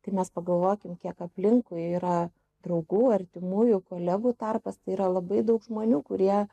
tai mes pagalvokim kiek aplinkui yra draugų artimųjų kolegų tarpas tai yra labai daug žmonių kurie